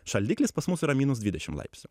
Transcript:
šaldiklis pas mus yra minus dvidešim laipsnių